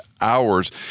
hours